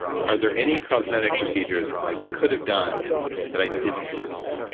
are there any cosmetic procedures i could have done that i didn't do with you?